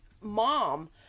mom